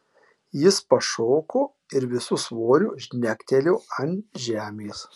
jis pašoko ir visu svoriu žnektelėjo ant žemės